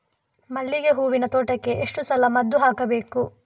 ಮಲ್ಲಿಗೆ ಹೂವಿನ ತೋಟಕ್ಕೆ ಎಷ್ಟು ಸಲ ಮದ್ದು ಹಾಕಬೇಕು?